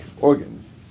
organs